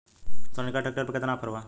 Sonalika tractor पर केतना offer बा?